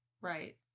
Right